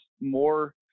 more